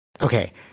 Okay